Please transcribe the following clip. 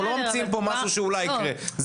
אנחנו לא ממציאים כאן משהו שאולי יקרה.